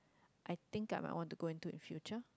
I think I might want to go into in future